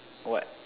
what